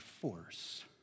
force